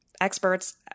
experts